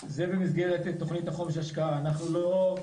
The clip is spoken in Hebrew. זה במסגרת תוכנית החומש השקעה אנחנו לא,